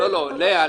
לאה,